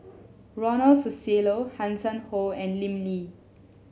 Ronald Susilo Hanson Ho and Lim Lee